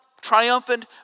triumphant